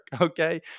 okay